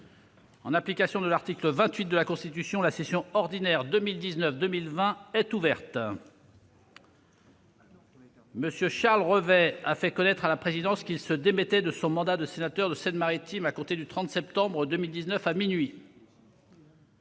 en application de l'article 28 de la Constitution, la session ordinaire de 2019-2020 est ouverte. M. Charles Revet a fait connaître à la présidence qu'il se démettait de son mandat de sénateur de la Seine-Maritime à compter du 30 septembre 2019, à minuit.